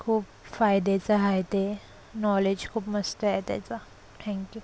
खूप फायद्याचं आहे ते नॉलेज खूप मस्त आहे त्याचं थँक यू